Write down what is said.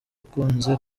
ukunze